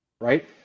right